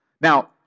Now